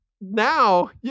Now